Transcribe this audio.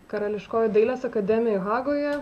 karališkojoj dailės akademijoj hagoje